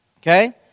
Okay